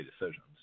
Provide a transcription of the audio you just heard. decisions